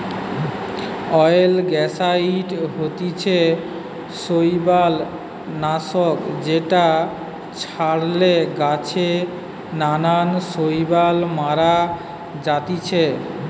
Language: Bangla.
অয়েলগেসাইড হতিছে শৈবাল নাশক যেটা ছড়ালে গাছে নানান শৈবাল মারা জাতিছে